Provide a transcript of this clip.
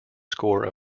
score